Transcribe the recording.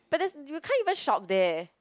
but there's you can't even shop there